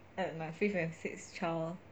my fifth and sixth child